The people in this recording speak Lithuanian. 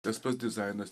tas pats dizainas